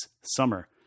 summer